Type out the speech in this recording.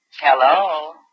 Hello